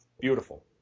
Beautiful